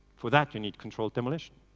for that you need controlled demolition.